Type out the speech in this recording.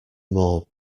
more